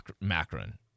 Macron